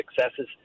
successes